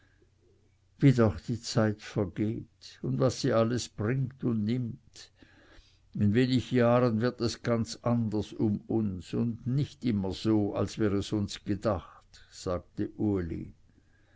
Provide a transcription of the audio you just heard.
wie doch die zeit vergeht und was sie alles bringt und nimmt in wenig jahren wird es ganz anders um uns und immer nicht so als wir es uns gedacht sagte uli